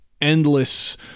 endless